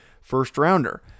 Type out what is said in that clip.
first-rounder